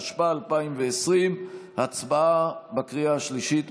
התשפ"א 2020. הצבעה בקריאה השלישית,